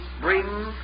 bring